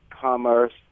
commerce